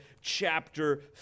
chapter